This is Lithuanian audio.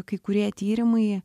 kai kurie tyrimai